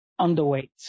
underweight